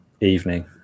evening